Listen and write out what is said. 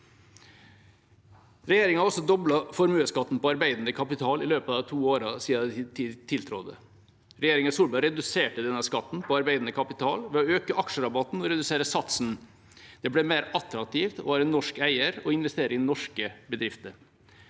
Regjeringa har også doblet formuesskatten på arbeidende kapital i løpet av de to årene siden de tiltrådte. Regjeringa Solberg reduserte denne skatten på arbeidende kapital ved å øke aksjerabatten og redusere satsen. Det ble mer attraktivt å være norsk eier og investere i norske bedrifter.